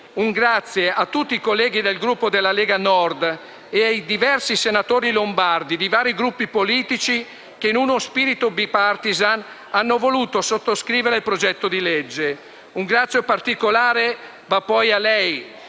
ringraziamento a tutti i colleghi del Gruppo della Lega Nord e ai diversi senatori lombardi di vari gruppi politici che in uno spirito *bipartisan* hanno voluto sottoscrivere il progetto di legge. Un grazie particolare va poi a lei,